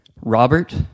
Robert